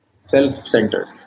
self-centered